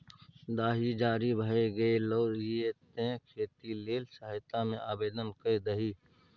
दाही जारी भए गेलौ ये तें खेती लेल सहायता मे आवदेन कए दही